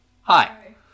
Hi